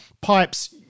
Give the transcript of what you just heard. pipes